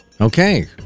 Okay